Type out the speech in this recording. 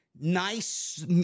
nice